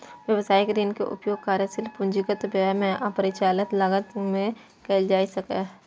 व्यवसायिक ऋण के उपयोग कार्यशील पूंजीगत व्यय आ परिचालन लागत मे कैल जा सकैछ